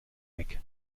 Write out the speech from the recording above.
weg